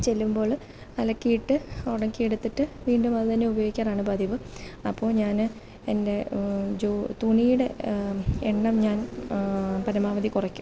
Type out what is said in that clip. ചെല്ലുമ്പോൾ അലക്കിയിട്ട് ഉണക്കിയെടുത്തിട്ട് വീണ്ടുമതുതന്നെ ഉപയോഗിക്കാറാണ് പതിവ് അപ്പോൾ ഞാൻ എൻ്റെ ജോ തുണിയുടെ എണ്ണം ഞാൻ പരമാവധി കുറയ്ക്കും